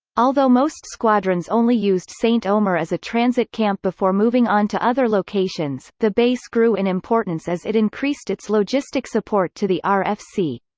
although most squadrons only used saint-omer as a transit camp before moving on to other locations, the base grew in importance as it increased its logistic support to the rfc.